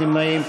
מלוות אחרים,